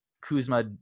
Kuzma